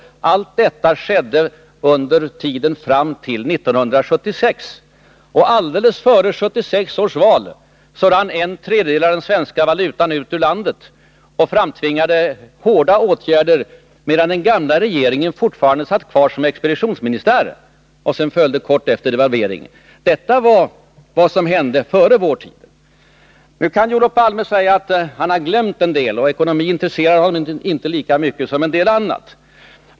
Allt detta skedde under tiden fram till 1976. Alldeles före 1976 års val rann en tredjedel av den svenska valutan ut ur landet och framtvingade hårda kreditåtstramningsåtgärder. Den gamla regeringen satt då fortfarande kvar som expeditionsministär. Kort därefter följde devalveringen. Detta var vad som hände före ”vår tid”. Olof Palme kan naturligtvis säga att han har glömt en del. Ekonomi intresserar honom inte lika mycket som en del annat.